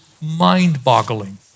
mind-boggling